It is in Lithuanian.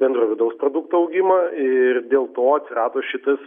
bendrojo vidaus produkto augimą ir dėl to atsirado šitas